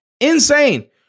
Insane